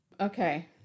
Okay